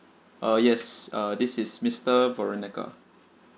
uh yes uh this is mister veronica